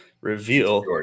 reveal